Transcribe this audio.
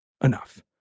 Enough